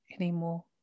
anymore